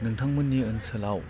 नोंथांमोननि ओनसोलाव